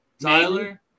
Tyler